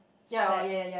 spare